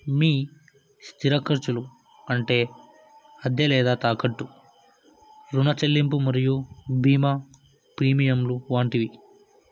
మీ స్థిర ఖర్చులు అంటే అద్దె లేదా తాకట్టు రుణ చెల్లింపు మరియు భీమా ప్రీమియంలు వంటివి